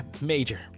major